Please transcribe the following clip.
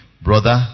Brother